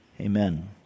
Amen